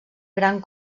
gran